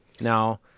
Now